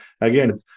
again